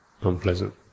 unpleasant